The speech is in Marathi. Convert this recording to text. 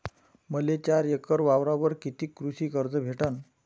मले चार एकर वावरावर कितीक कृषी कर्ज भेटन?